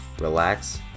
relax